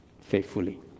faithfully